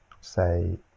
say